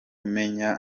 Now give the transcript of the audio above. menya